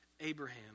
Abraham